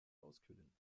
auskühlen